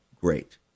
great